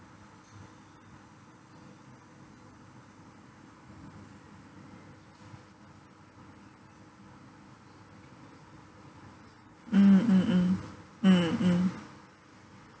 mm mm mm mm mm